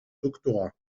doctorat